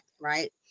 right